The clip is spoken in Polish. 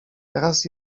teraz